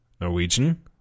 Norwegian